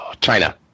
China